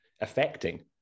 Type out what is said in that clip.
affecting